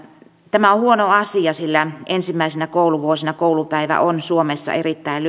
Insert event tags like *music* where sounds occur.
tämä on huono asia sillä ensimmäisinä kouluvuosina koulupäivä on suomessa erittäin *unintelligible*